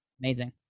Amazing